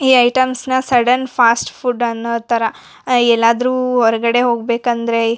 ಈ ಐಟಮ್ಸ್ನಾ sudden fast food ಅನ್ನೋಥರ ಎಲ್ಲಾದರೂ ಹೊರ್ಗಡೆ ಹೋಗ್ಬೇಕಂದರೆ